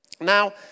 Now